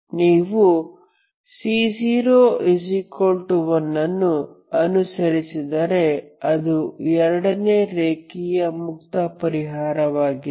ನೀವು C01 ಅನ್ನು ಅನುರಿಸಿದರೆ ಅದು 2 ನೇ ರೇಖೀಯ ಮುಕ್ತ ಪರಿಹಾರವಾಗಿದೆ